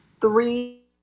three